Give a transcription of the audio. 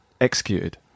executed